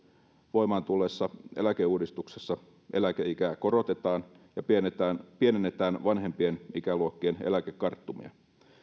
voimaan tulleessa eläkeuudistuksessa eläkeikää korotettiin ja pienennettiin vanhempien ikäluokkien eläkekarttumia